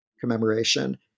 commemoration